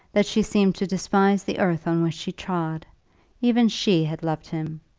that she seemed to despise the earth on which she trod even she had loved him.